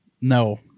no